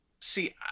See